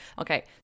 Okay